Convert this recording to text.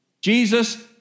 Jesus